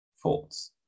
thoughts